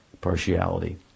partiality